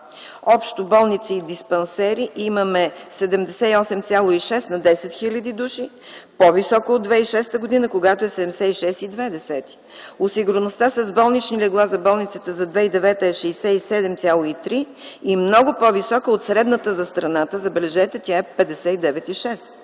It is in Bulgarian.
общо болници и диспансери е 78,6 на 10 хил. души, по-висока от 2006 г., когато е 76,2. Осигуреността с болнични легла за болниците за 2009 г. е 67,3 и много по-висока от средната за страната, забележете, тя е 59,6.